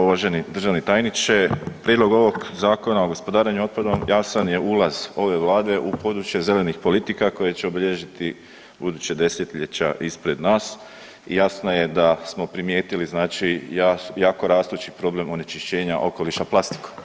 Uvaženi državni tajniče, prijedlog ovog Zakona o gospodarenju otpadom jasan je ulaz ove vlade u područje zelenih politika koje će obilježiti buduća 10-ljeća ispred nas i jasno je da smo primijetili znači jako rastući problem onečišćenja okoliša plastikom.